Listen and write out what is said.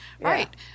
Right